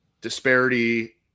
disparity